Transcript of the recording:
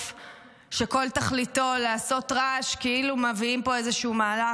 שכל תכליתו לעשות רעש כאילו מביאים פה איזשהו מהלך,